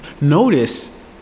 notice